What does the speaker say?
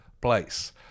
Place